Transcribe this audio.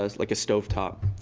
ah like a stovetop.